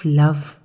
love